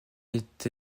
est